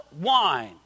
wine